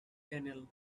channel